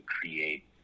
create